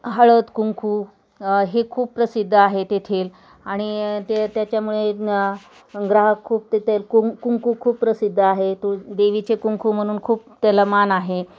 हळद कुंकू हे खूप प्रसिद्ध आहे तेथील आणि ते त्याच्यामुळे ग्राहक खूप ते ते कुं कुंकू खूप प्रसिद्ध आहे तू देवीचे कुंकू म्हनून खूप त्याला मान आहे